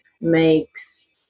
makes